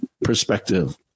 perspective